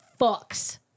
fucks